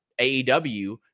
AEW